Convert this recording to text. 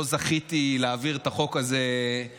לא זכיתי להעביר את החוק הזה לבד.